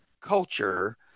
culture